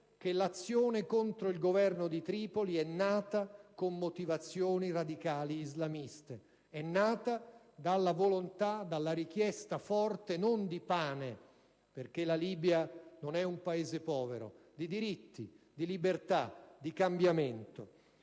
che l'azione contro il Governo di Tripoli è nata con motivazioni radicali islamiste: è nata dalla volontà, dalla richiesta forte, non di pane perché la Libia non è un Paese povero, ma di diritti, di libertà, di cambiamento.